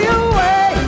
away